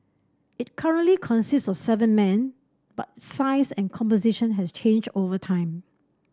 it currently consists of seven men but its size and composition has changed over time